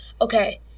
Okay